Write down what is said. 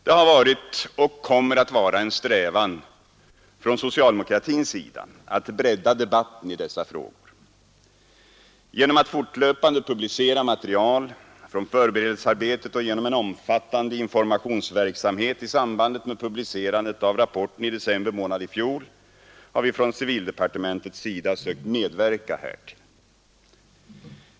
Det har varit och kommer att vara en strävan från socialdemokratins sida att bredda debatten i dessa frågor. Genom att fortlöpande publicera material från förberedelsearbetet och genom en omfattande informationsverksamhet i samband med publicerandet av rapporten i december månad i fjol har vi från civildepartmentets sida sökt medverka härtill.